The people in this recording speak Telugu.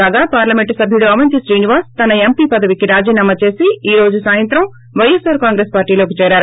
కాగా పార్లమెంట్ సభ్యుడు అవంతి శ్రీనివాస్ తన ఎంపి పదవికి రాజీనామా చేసి ఈ రోజు సాయంత్రం పై ఎస్ ర్ కాంగ్రెస్స్ పార్టీలోకి చేరారు